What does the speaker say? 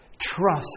trust